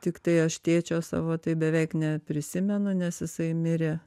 tiktai aš tėčio savo tai beveik neprisimenu nes jisai mirė